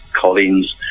Collins